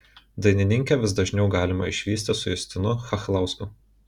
dainininkę vis dažniau galima išvysti su justinu chachlausku